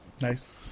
Nice